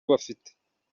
bafite